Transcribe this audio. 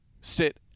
sit